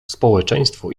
społeczeństwo